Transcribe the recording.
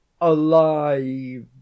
Alive